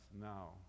now